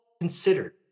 considered